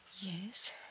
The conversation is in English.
Yes